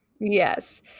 Yes